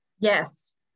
Yes